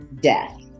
death